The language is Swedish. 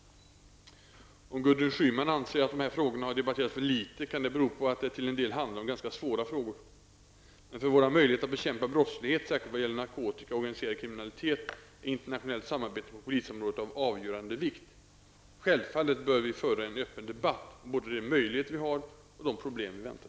Om Gudrun Schyman anser att de här frågorna har debatterats för litet, kan detta bero på att det till en del handlar om ganska svåra frågor. Men för våra möjligheter att bekämpa brottslighet, särskilt vad gäller narkotika och organiserad kriminalitet, är internationellt samarbete på polisområdet av avgörande vikt. Självfallet bör vi föra en öppen debatt om både de möjligheter vi har och de problem vi väntar.